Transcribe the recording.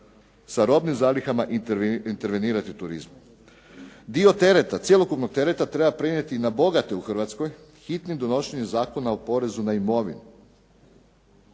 sa robnim zalihama intervenirati u turizmu. Dio tereta, cjelokupnog tereta treba prenijeti na bogate u Hrvatskoj hitnim donošenjem Zakona o porezu na imovinu.